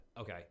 Okay